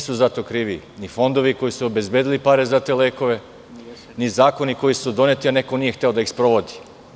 Za to nisu krivi ni fondovi koji su obzebedili pare za te lekove, ni zakoni koji su doneti, a neko nije hteo da ih sprovodi.